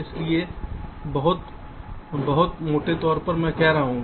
इसलिए बहुत बहुत मोटे तौर पर मैं कह रहा हूं